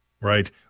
Right